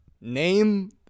Name